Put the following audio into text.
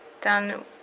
done